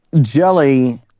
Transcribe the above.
Jelly